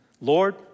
Lord